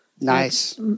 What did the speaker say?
Nice